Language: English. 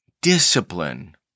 discipline